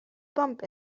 bump